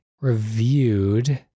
reviewed